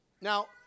Now